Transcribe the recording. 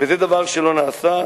וזה דבר שלא נעשה.